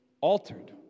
altered